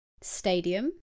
stadium